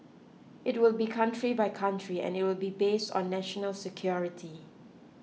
it will be country by country and it will be based on national security